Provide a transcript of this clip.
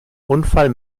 unfall